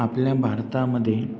आपल्या भारतामध्ये